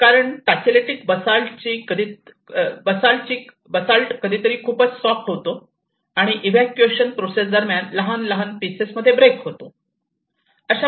कारण टाचेलेटिक बसाल्टची कधीतरी खूपच सॉफ्ट होतो आणि एक्सकॅव्हशन प्रोसेस दरम्यान लहान पिसेस मध्ये ब्रेक होतो